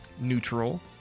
neutral